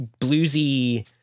bluesy